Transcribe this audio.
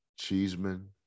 Cheeseman